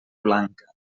blanca